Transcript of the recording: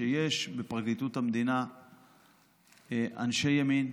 שיש בפרקליטות המדינה אנשי ימין,